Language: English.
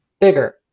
bigger